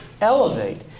elevate